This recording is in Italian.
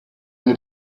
nei